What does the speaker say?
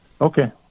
Okay